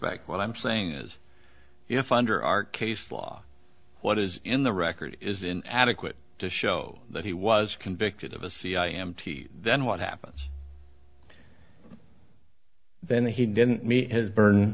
respect what i'm saying is if under our case law what is in the record is in adequate to show that he was convicted of a c i m t then what happens then he didn't meet his burden